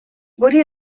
guri